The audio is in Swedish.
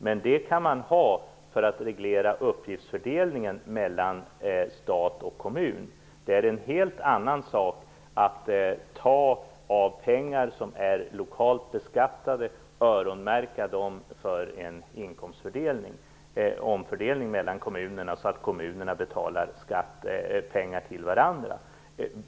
Men det kan man ha för att reglera uppgiftsfördelningen mellan stat och kommun. Det är en helt annan sak att ta pengar som är lokalt beskattade och öronmärka dem för en omfördelning mellan kommunerna så att kommunerna betalar pengar till varandra.